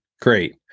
Great